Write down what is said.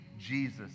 Jesus